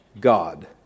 God